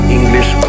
English